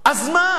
אז מה,